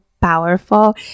powerful